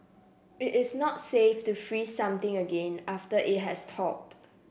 it is not safe to freeze something again after it has thawed